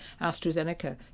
AstraZeneca